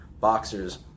Boxers